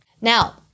Now